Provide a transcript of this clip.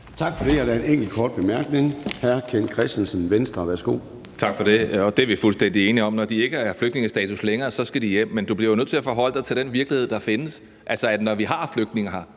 Tak for det. Der er en enkelt kort bemærkning. Hr. Ken Kristensen, Venstre. Værsgo. Kl. 10:41 Ken Kristensen (V): Tak for det. Det er vi fuldstændig enige om. Når de ikke har flygtningestatus længere, skal de hjem. Men du bliver jo nødt til at forholde dig til den virkelighed, der findes. Når vi har flygtninge her,